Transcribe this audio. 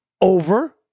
over